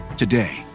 today,